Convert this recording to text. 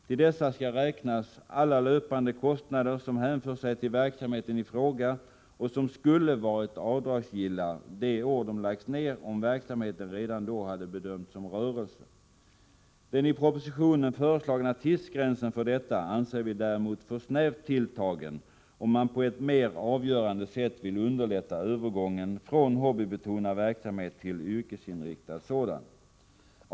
Till dessa skall räknas ”alla löpande kostnader som hänför sig till verksamheten i fråga och som skulle varit avdragsgilla det år de lagts ned om verksamheten redan då hade bedömts som rörelse”. Den i propositionen föreslagna tidsgränsen för detta anser vi däremot för snävt tilltagen, om man på ett mer avgörande sätt vill underlätta övergången för kulturarbetare från hobbybetonad verksamhet till yrkesinriktad sådan.